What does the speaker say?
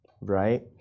Right